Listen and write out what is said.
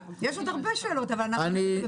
יש עוד הרבה שאלות אבל הזמן קצר.